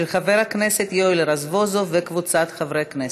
של חבר הכנסת יואל רזבוזוב וקבוצת חברי הכנסת.